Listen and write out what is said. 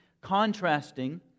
contrasting